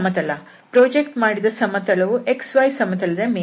project ಮಾಡಿದ ಸಮತಲವು xy ಸಮತಲದ ಮೇಲಿದೆ